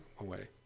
away